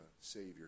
Savior